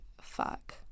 fuck